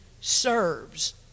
serves